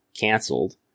canceled